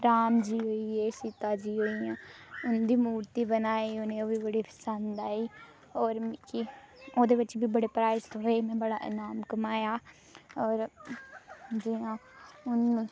राम जी होई गे जि'यां सिता जी होई गेइयां उं'दी मूर्ती बनाई उनेंगी ओह् बी बड़ी पसंद आई और मिकी ओहदे बिच बी बड़े प्राइज थ्होऐ में बड़ा इनाम कमाया और जि'यां हून